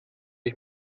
ich